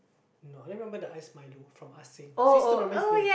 no I only remember the ice milo from Ah-Seng see still remember his name